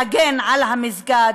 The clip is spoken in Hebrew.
להגן על המסגד,